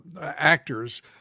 actors